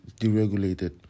deregulated